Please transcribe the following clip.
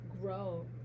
grow